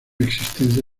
existencia